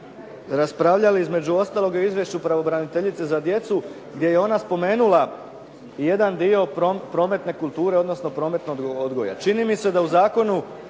raspravljali između ostaloga i o izvješću pravobraniteljice za djecu gdje je ona spomenula jedan dio prometne kulture, odnosno prometnog odgoja. Čini mi se da u zakonu,